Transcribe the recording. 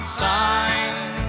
sign